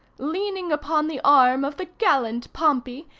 leaning upon the arm of the gallant pompey,